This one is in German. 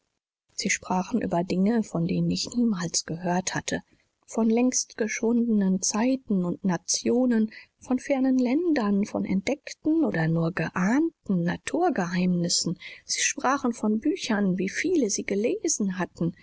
sie sprachen über dinge von denen ich niemals gehört hatte von längst geschwundenen zeiten und nationen von fernen ländern von entdeckten oder nur geahnten naturgeheimnissen sie sprachen von büchern wie viele sie gelesen hatten